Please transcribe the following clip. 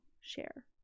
share